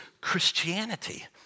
Christianity